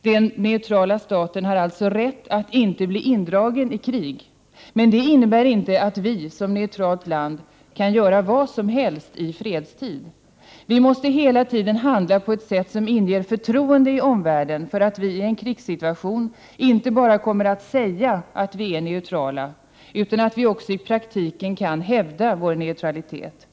Den neutrala staten har alltså rätt att inte bli indragen i krig. Men det innebär inte att vi som neutralt land kan göra vad som helst i fredstid. Vi måste hela tiden handla på ett sätt som inger förtroende i omvärlden, för att vi i en krigssituation inte bara kommer att säga att vi är neutrala utan också i praktiken kommer att kunna hävda vår neutralitet.